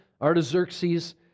Artaxerxes